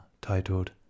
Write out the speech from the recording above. titled